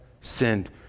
sinned